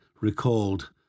recalled